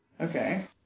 Okay